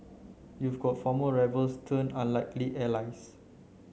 you've got former rivals turned unlikely allies